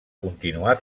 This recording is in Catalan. continuar